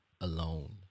alone